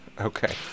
Okay